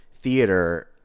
theater